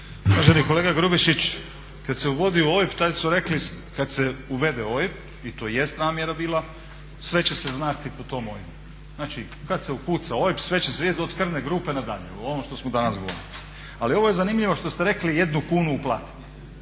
Uvaženi kolega Grubišić kad se uvodio OIB tad su rekli kad se uvede OIB i to jest namjera bila sve će se znati po tom OIB-u. Znači, kad se ukuca OIB sve će se vidjeti od krvne grupe nadalje, o ovom što smo danas govorili. Ali ovo je zanimljivo što ste rekli jednu kunu uplatiti.